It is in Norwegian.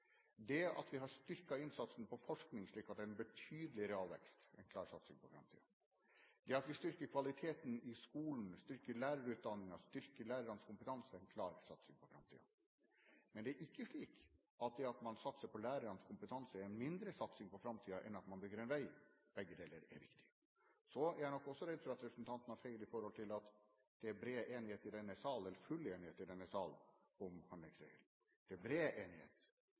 Det at vi har styrket innsatsen på forskning slik at det er en betydelig realvekst, er en klar satsing på framtiden. Det at vi styrker kvaliteten i skolen, styrker lærerutdanningen, styrker lærernes kompetanse, er en klar satsing på framtiden. Men det er ikke slik at det at man satser på lærernes kompetanse, er en mindre satsing på framtiden enn det at man bygger en vei. Begge deler er viktig. Så er jeg nok også redd for at representanten tar feil med hensyn til at det er bred enighet i denne sal, eller full enighet i denne sal, om handlingsregelen. Det er bred enighet,